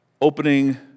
opening